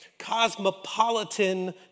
cosmopolitan